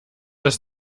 dass